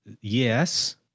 Yes